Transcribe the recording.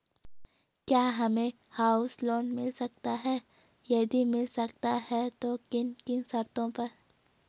क्या हमें house loan मिल सकता है यदि मिल सकता है तो किन किन शर्तों पर?